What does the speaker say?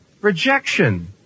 Rejection